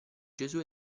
gesù